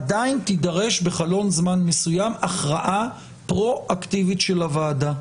עדיין תידרש בחלון זמן מסוים הכרעה פרו אקטיבית של הוועדה.